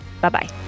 Bye-bye